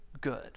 good